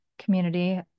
community